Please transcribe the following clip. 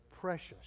precious